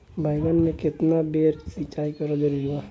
बैगन में केतना बेर सिचाई करल जरूरी बा?